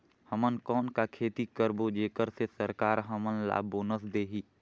हमन कौन का खेती करबो जेकर से सरकार हमन ला बोनस देही?